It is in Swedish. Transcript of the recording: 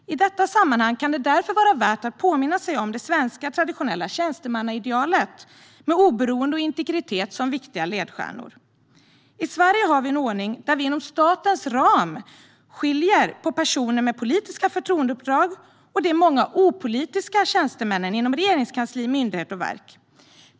I detta sammanhang kan det därför vara värt att påminna sig om det svenska traditionella tjänstemannaidealet med oberoende och integritet som viktiga ledstjärnor. I Sverige har vi en ordning där vi inom statens ram skiljer på personer med politiska förtroendeuppdrag och de många opolitiska tjänstemännen inom regeringskansli, myndigheter och verk.